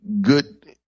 good